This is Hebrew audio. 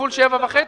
כפול 7,500?